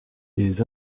des